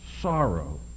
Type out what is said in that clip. sorrow